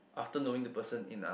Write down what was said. after knowing the person enough